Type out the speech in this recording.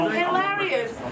hilarious